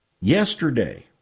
yesterday